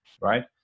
right